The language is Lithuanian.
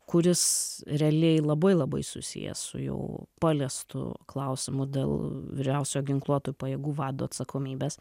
kuris realiai labai labai susijęs su jau paliestu klausimu dėl vyriausiojo ginkluotųjų pajėgų vado atsakomybės